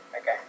okay